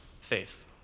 faith